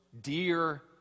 dear